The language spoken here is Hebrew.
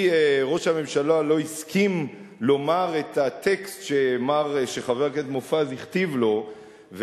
כי ראש הממשלה לא הסכים לומר את הטקסט שחבר הכנסת מופז הכתיב לו,